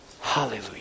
Hallelujah